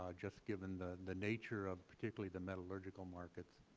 ah just given the the nature of particularly the metallurgical markets,